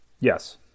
Yes